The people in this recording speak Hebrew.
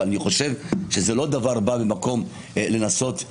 אני חושב שזה לא דבר שבא ממקום שמנסים לעקוף.